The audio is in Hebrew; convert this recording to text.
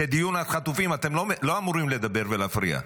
זה דיון על חטופים, אתם לא אמורים לדבר ולהפריע.